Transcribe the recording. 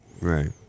right